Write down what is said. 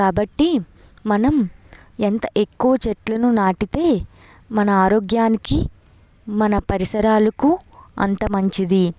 కాబట్టి మనం ఎంత ఎక్కువ చెట్లను నాటితే మన ఆరోగ్యానికి మన పరిసరాలకు అంత మంచిది